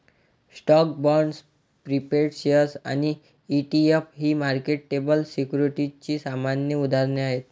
stocks, bonds, preferred shares आणि ETF ही marketable सिक्युरिटीजची सामान्य उदाहरणे आहेत